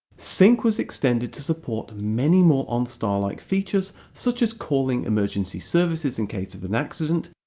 sync was extended to support many more onstar-like features such as calling emergency services in case of an accident,